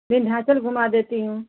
विंध्याचल घूमा देती हूँ